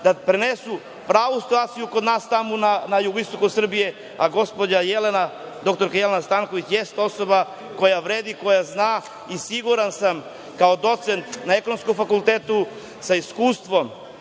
da prenesu pravu situaciju kod nas tamo, na jugoistoku Srbije, a gospođa Jelena, dr Jelena Stanković jeste osoba koja vredi, koja zna i siguran sam kao docent na Ekonomskom fakultetu, sa iskustvom,